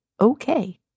okay